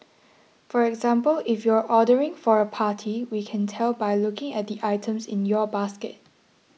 for example if you're ordering for a party we can tell by looking at the items in your basket